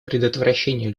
предотвращение